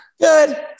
good